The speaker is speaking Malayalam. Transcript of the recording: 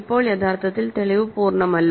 ഇപ്പോൾ യഥാർത്ഥത്തിൽ തെളിവ് പൂർണ്ണമല്ല